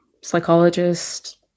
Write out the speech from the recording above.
psychologist